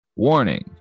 Warning